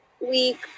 week